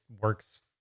works